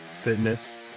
fitness